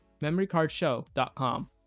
MemoryCardShow.com